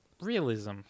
realism